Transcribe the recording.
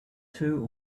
two